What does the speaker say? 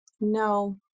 no